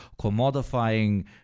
commodifying